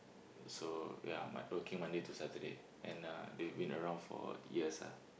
so ya mon~ working Monday to Saturday and uh they've been around for years ah